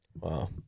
Wow